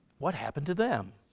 what happened to them?